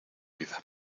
vida